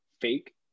fake